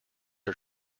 are